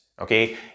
okay